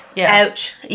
ouch